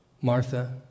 Martha